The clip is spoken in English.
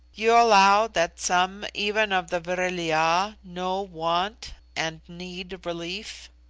you allow that some, even of the vril-ya, know want, and need relief.